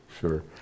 sure